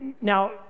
now